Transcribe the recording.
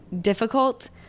difficult